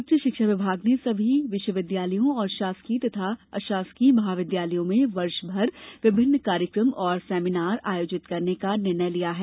उच्च शिक्षा विभाग ने सभी विश्वविद्यालयों और शासकीय तथा अशासकीय महाविद्यालयों में वर्ष भर विभिन्न कार्यक्रम और सेमिनार आयोजित करने का निर्णय लिया है